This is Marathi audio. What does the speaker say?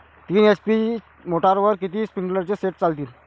तीन एच.पी मोटरवर किती स्प्रिंकलरचे सेट चालतीन?